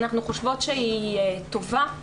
אנחנו חושבות שהיא טובה,